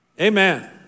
Amen